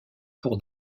pour